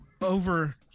over